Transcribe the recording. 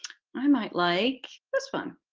i might like this one